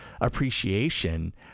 appreciation